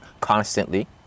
constantly